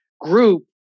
group